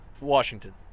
Washington